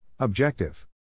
Objective